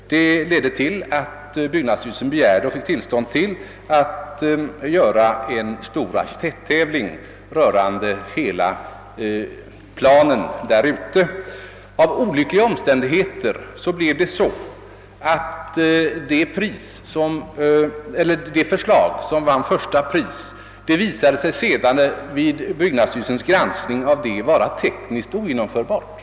Det ledde till att byggnadsstyrelsen begärde och fick tillstånd att ordna en stor arkitekttävling rörande hela planen för nybebyggelsen vid Frescati. Olyckliga omständigheter gjorde att det förslag, som vann första pris i tävlingen, sedan vid byggnadsstyrelsens granskning visade sig vara tekniskt ogenomförbart.